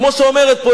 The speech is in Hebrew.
כמו שאומרת פה,